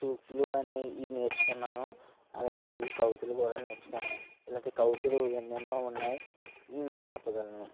సూక్తులు అనే ఇవి నేర్చుకున్నాను అలాగే తెలుగు కవితలు కూడా నేర్చుకున్నాను ఇలాంటి కవితలు ఎన్నెన్నో ఉన్నాయి నేను చెప్పగలను